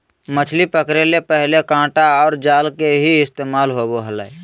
मछली पकड़े ले पहले कांटा आर जाल के ही इस्तेमाल होवो हल